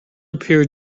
appears